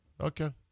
Okay